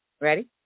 ready